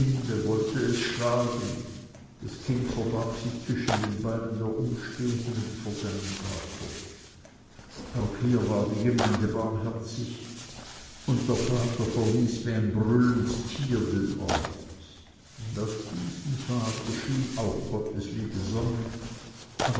wollte es schlagen das kind verbarg sich zwischen den beinen der umstehenden vor seinem vater auch hier war die gemeinde barmherzig und der vater verließ wie ein brüllend tier den ort und auf diesen vater schien auch gottes liebe sonne